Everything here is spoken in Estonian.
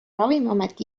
ravimiamet